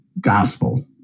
gospel